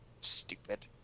stupid